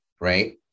right